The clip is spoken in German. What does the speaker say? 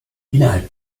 innerhalb